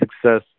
success